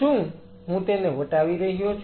શું હું તેને વટાવી રહ્યો છું